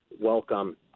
welcome